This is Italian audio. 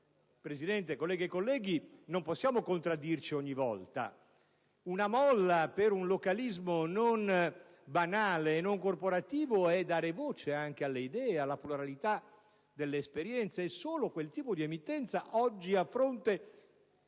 Presidente, colleghe e colleghi, non possiamo contraddirci ogni volta: una molla per un localismo non banale e non corporativo è dare voce anche alle idee, alla pluralità delle esperienze. Un compito che solo quel tipo di emittenza, oggi, a fronte